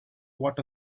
what